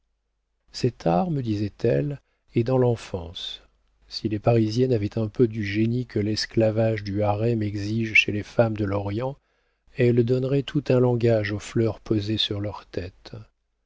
art me disait-elle est dans l'enfance si les parisiennes avaient un peu du génie que l'esclavage du harem exige chez les femmes de l'orient elles donneraient tout un langage aux fleurs posées sur leur tête